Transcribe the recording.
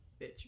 Bitch